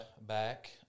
back –